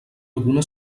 alguna